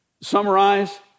summarize